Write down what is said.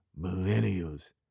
millennials